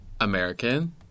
American